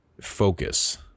focus